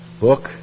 book